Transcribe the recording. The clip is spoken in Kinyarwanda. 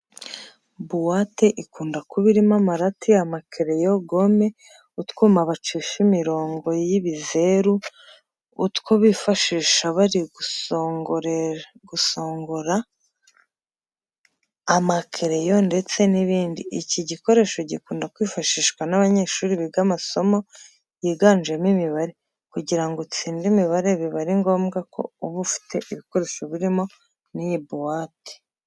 Buwate ikunda kuba irimo amarati, amakereyo, gome, utwuma bacisha imirongo y'ibizeru, utwo bifashisha bari gusongora amakereyo ndetse n'ibindi. Iki gikoresho gikunda kwifashishwa n'abanyeshuri biga amasomo yiganjemo imibare. Kugira ngo utsinde imibare biba ari ngombwa ko uba ufite ibikoresho birimo n'iyi buwate.